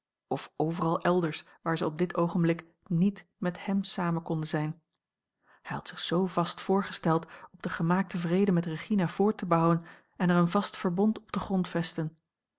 of overal elders waar ze op dit oogenblik niet met hem samen konden zijn hij had zich zoo vast voorgesteld op den gemaakten vrede met regina voort te bouwen en er een vast verbond op te